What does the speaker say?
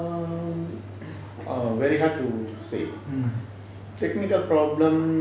err very hard to say technical problem